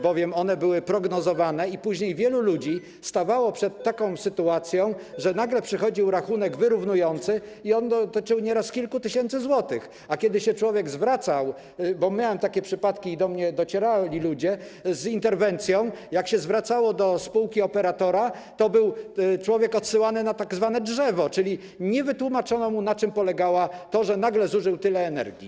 Bowiem one były prognozowane i później wielu ludzi stawało przed taką sytuacją, że nagle przychodził rachunek wyrównujący i on dotyczył nieraz kilku tysięcy złotych, a kiedy człowiek - miałem takie przypadki i do mnie docierali ludzie z interwencją - zwracał się do spółki operatora, to był odsyłany na tzw. drzewo, czyli nie wytłumaczono mu, na czym polegało to, że nagle zużył tyle energii.